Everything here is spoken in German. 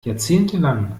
jahrzehntelang